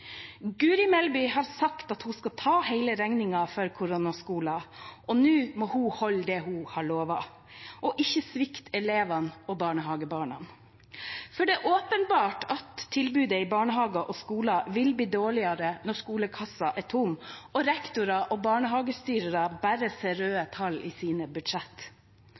Melby har sagt at hun skal ta hele regningen for koronaskolen. Nå må hun holde det hun har lovet og ikke svikte elevene og barnehagebarna. For det er åpenbart at tilbudet i barnehager og skoler vil bli dårligere når skolekassa er tom og rektorene og barnehagestyrerne bare ser røde tall i sine